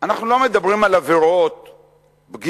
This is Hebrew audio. אנחנו לא מדברים על עבירות בגידה,